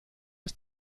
ist